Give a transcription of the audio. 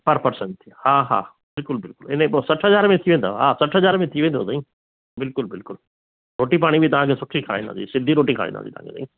पर पर्सन हा हा बिल्कुलु बिल्कुलु हिन ई पोइ सठि हज़ार में अची वेंदव हा सठि हज़ार में थी वेंदो साई बिल्कुलु बिल्कुलु रोटी पाणी बि तव्हांखे सुठी खाइण मिलंदी सिंधी रोटी खाराईंदा तव्हांखे साई